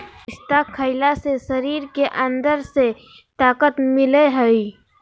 पिस्ता खईला से शरीर के अंदर से ताक़त मिलय हई